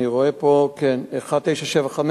אני רואה פה, כן, 1975?